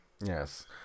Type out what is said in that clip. Yes